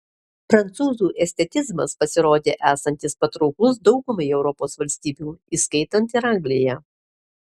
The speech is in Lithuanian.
prancūzų estetizmas pasirodė esantis patrauklus daugumai europos valstybių įskaitant ir angliją